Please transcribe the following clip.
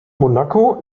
monaco